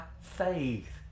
faith